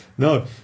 No